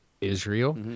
Israel